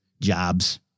jobs